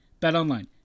BetOnline